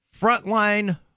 frontline